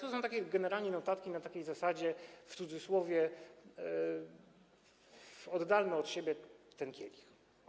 To są generalnie notatki na takiej zasadzie, w cudzysłowie: oddalmy od siebie ten kielich.